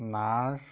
nurse